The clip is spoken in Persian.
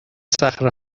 صخره